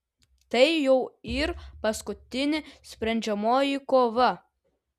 tai jau yr paskutinė sprendžiamoji kova